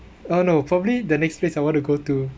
oh no probably the next place I want to go to